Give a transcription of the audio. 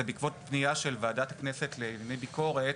בעקבות פנייה של ועדת הכנסת לענייני ביקורת